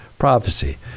prophecy